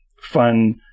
fun